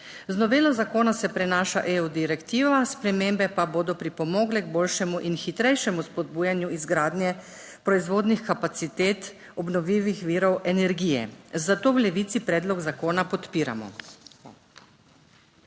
Z novelo zakona se prenaša EU direktiva, spremembe pa bodo pripomogle k boljšemu in hitrejšemu spodbujanju izgradnje proizvodnih kapacitet obnovljivih virov energije, zato v Levici predlog zakona podpiramo.